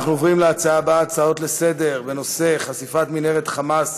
אנחנו עוברים להצעות לסדר-היום בנושא: חשיפת מנהרת "חמאס"